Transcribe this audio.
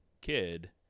kid